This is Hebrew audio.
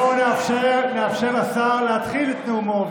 בואו נאפשר לשר להתחיל את נאומו,